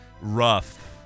rough